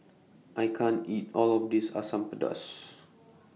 I can't eat All of This Asam Pedas